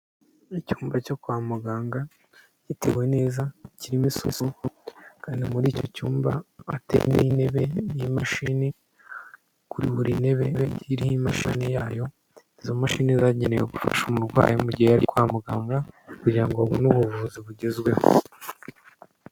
Icyumba cyo kwamuganga, gitewe neza, kirimo isuku, kandi muriki cyumba hateyemo imashini, kuri burinebe hariho imashini yayo, izo mashini zagenewe gufasha umurwayi urikwamuganga. kugirango abone ubuvuzi bugezweho.